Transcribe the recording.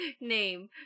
name